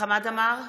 חמד עמאר,